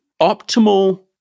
optimal